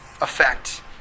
effect